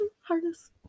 Harness